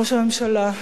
ראש הממשלה,